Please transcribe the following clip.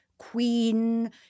queen